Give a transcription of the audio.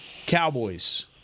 Cowboys